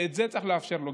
ואת זה צריך לאפשר לו.